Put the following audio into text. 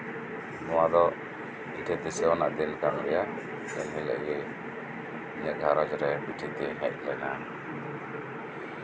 ᱱᱚᱣᱟ ᱫᱚ ᱟᱹᱰᱤ ᱫᱤᱥᱟᱣᱟᱱᱟᱜ ᱫᱤᱱ ᱠᱟᱱ ᱜᱮᱭᱟ ᱮᱱ ᱦᱤᱞᱳᱜ ᱜᱮ ᱤᱧᱟᱹᱜ ᱜᱷᱟᱸᱨᱚᱡ ᱨᱮ ᱵᱤᱴᱤ ᱛᱤᱧᱮ ᱦᱮᱡ ᱞᱮᱱᱟ